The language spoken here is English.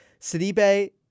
Sidibe